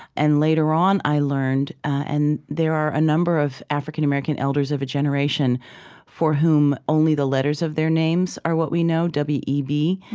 and later on, i learned, and there are a number of african-american elders of a generation for whom only the letters of their names are what we know. w w e b.